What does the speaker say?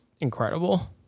incredible